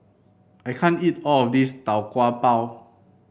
I can't eat all of this Tau Kwa Pau